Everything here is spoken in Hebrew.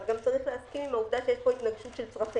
אבל צריך גם להסכים עם העובדה שיש פה התנגשות של צרכים.